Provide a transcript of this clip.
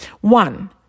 One